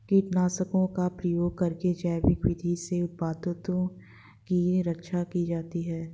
कीटनाशकों का प्रयोग करके जैविक विधि से पादपों की रक्षा की जाती है